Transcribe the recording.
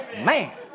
Man